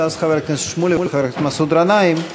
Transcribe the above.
ואז חבר הכנסת שמולי וחבר הכנסת מסעוד גנאים,